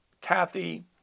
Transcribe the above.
Kathy